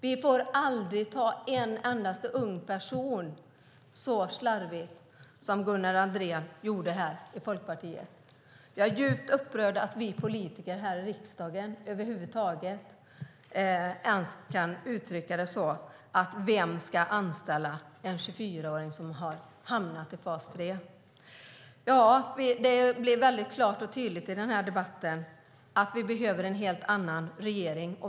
Vi får aldrig behandla en endaste ung person så slarvigt som Gunnar Andrén från Folkpartiet gjorde. Jag är djupt upprörd över att politiker i riksdagen kan uttrycka sig på det viset, det vill säga fråga vem som ska anställa en 24-åring som har hamnat i fas 3. Det blir klart och tydligt i den här debatten att vi behöver en helt annan regering.